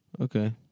Okay